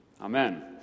Amen